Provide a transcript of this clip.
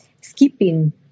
skipping